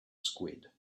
squid